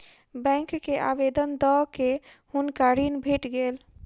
bank के आवेदन दअ के हुनका ऋण भेट गेल